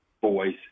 voice